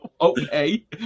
Okay